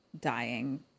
dying